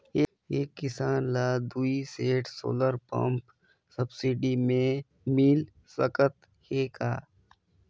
एक किसान ल दुई सेट सोलर पम्प सब्सिडी मे मिल सकत हे का?